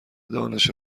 دانش